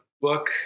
book